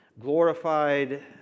Glorified